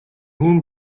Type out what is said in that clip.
nun